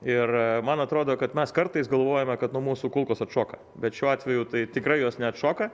ir man atrodo kad mes kartais galvojame kad nuo mūsų kulkos atšoka bet šiuo atveju tai tikra jos neatšoka